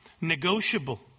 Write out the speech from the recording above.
negotiable